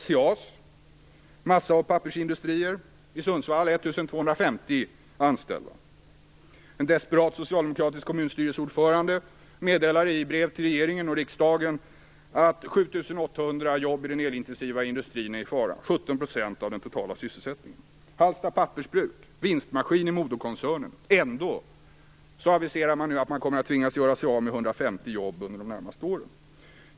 SCA:s massa och pappersindustrier i Sundsvall har 1 250 anställda. En desperat socialdemokratisk kommunstyrelseordförande meddelar i brev till regeringen och riksdagen att 7 800 jobb i den elintensiva industrin är i fara, 17 % av den totala sysselsättningen. Hallsta pappersbruk är en vinstmaskin i moderkoncernen. Ändå aviserar man nu att man kommer att tvingas göra sig av med 150 anställda under de närmaste åren.